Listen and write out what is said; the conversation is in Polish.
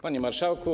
Panie Marszałku!